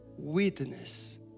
witness